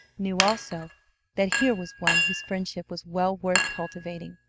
knew also that here was one whose friendship was well worth cultivating,